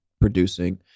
producing